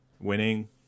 Winning